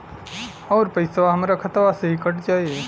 अउर पइसवा हमरा खतवे से ही कट जाई?